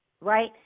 right